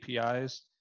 APIs